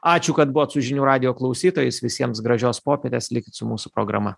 ačiū kad buvot su žinių radijo klausytojais visiems gražios popietės likit su mūsų programa